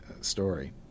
story